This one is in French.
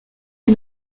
est